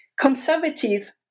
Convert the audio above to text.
conservative